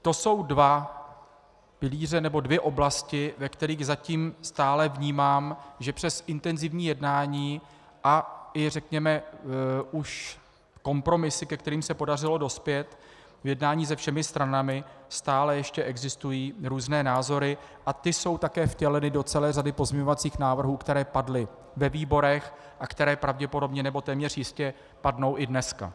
To jsou dva pilíře nebo dvě oblasti, ve kterých zatím stále vnímám, že přes intenzivní jednání a i řekněme už i kompromisy, ke kterým se podařilo dospět v jednání se všemi stranami, stále ještě existují různé názory a ty jsou také vtěleny do celé řady pozměňovacích návrhů, které padly ve výborech a které pravděpodobně nebo téměř jistě padnou i dneska.